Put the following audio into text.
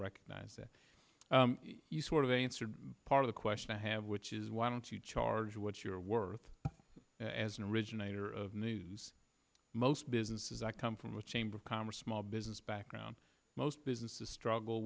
recognize that you sort of answered part of the question i have which is why don't you charge what you're worth as an originator of news most businesses that come from a chamber of commerce small business background most businesses struggle